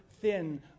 thin